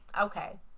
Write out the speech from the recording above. Okay